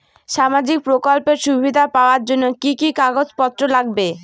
সামাজিক প্রকল্পের সুবিধা পাওয়ার জন্য কি কি কাগজ পত্র লাগবে?